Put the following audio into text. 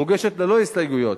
מוגשת ללא הסתייגויות,